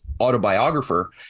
autobiographer